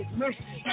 mercy